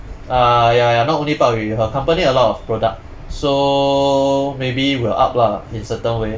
uh ya not only 鲍鱼 her company a lot of product so maybe will up lah in certain way